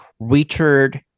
Richard